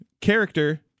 character